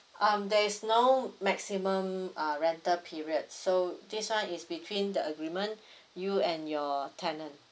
um there is no maximum uh rental period so this [one] is between the agreement you and your tenant